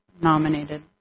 nominated